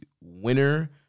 winner